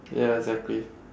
ya exactly